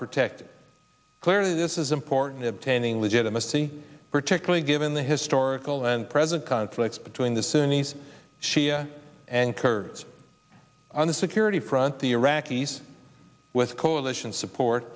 protected clearly this is important obtaining legitimacy particularly given the historical and present conflicts between the sunni's shia and kurds on the security front the iraqis with coalition support